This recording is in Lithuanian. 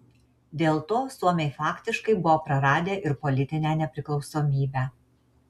dėl to suomiai faktiškai buvo praradę ir politinę nepriklausomybę